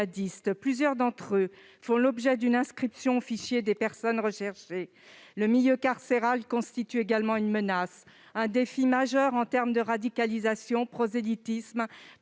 Plusieurs d'entre eux font l'objet d'une inscription au fichier des personnes recherchées. Le milieu carcéral constitue également une menace et un défi majeur en matière de radicalisation, de prosélytisme